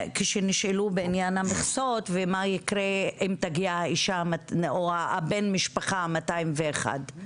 כשנשאלו בעניין המכסות ומה יקרה אם תגיע אישה או בן משפחה ה-201.